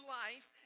life